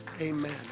Amen